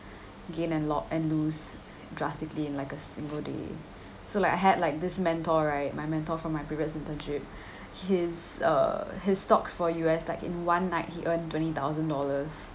gain and lo~ and lose drastically in like a single day so like I had like this mentor right my mentor from my previous internship his uh his stocks for U_S like in one night he earned twenty thousand dollars